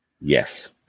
Yes